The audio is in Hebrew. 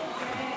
התשע"ה 2015,